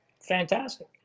fantastic